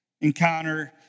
encounter